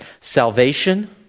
salvation